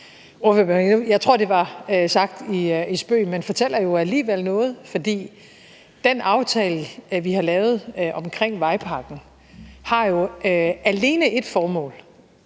Jeg tror, det var sagt i spøg, men det fortæller jo alligevel noget, fordi den aftale, vi har lavet omkring vejpakken, jo alene har ét formål,